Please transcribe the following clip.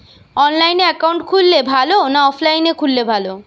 অনলাইনে একাউন্ট খুললে ভালো না অফলাইনে খুললে ভালো?